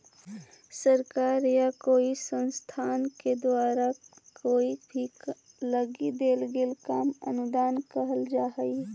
सरकार या कोई संस्थान के द्वारा कोई काम लगी देल गेल धन अनुदान कहल जा हई